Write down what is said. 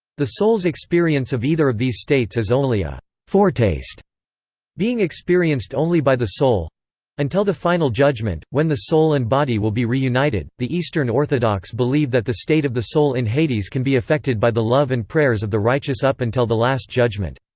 the soul's experience of either of these states is only a foretaste being experienced only by the soul until the final judgment, when the soul and body will be reunited the eastern orthodox believe that the state of the soul in hades can be affected by the love and prayers of the righteous up until the last judgment.